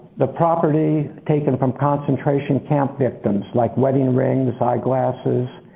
the property taken from concentration camp victims, like wedding rings, eyeglasses,